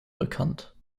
bekannt